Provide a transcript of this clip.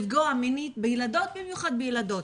לפגוע מינית במיוחד בילדות.